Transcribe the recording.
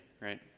Right